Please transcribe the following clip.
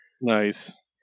nice